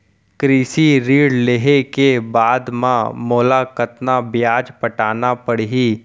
कृषि ऋण लेहे के बाद म मोला कतना ब्याज पटाना पड़ही?